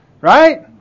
Right